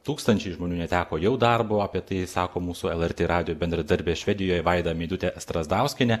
tūkstančiai žmonių neteko jau darbo apie tai sako mūsų lrt radijo bendradarbė švedijoje vaida meidutė strazdauskienė